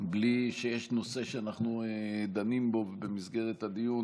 בלי שיש נושא שאנחנו דנים בו במסגרת הדיון,